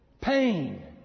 pain